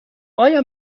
آیا